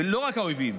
ולא רק האויבים,